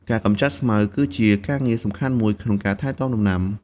ការកម្ចាត់ស្មៅគឺជាការងារសំខាន់មួយក្នុងការថែទាំដំណាំ។